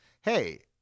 Hey